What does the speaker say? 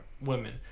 women